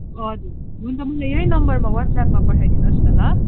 हजुर हुन्छ मलाई यही नम्बरमा वाट्सएपमा पठाइदिनु होस् न ल